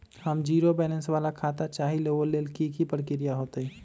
हम zero balance वाला खाता चाहइले वो लेल की की प्रक्रिया होतई?